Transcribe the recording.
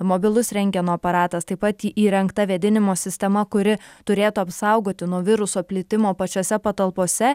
mobilus rentgeno aparatas taip pat įrengta vėdinimo sistema kuri turėtų apsaugoti nuo viruso plitimo pačiose patalpose